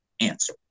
answer